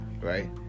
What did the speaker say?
right